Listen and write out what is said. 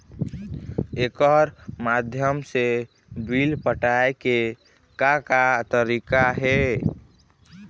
एकर माध्यम से बिल पटाए के का का तरीका हे?